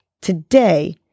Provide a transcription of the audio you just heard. Today